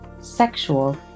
sexual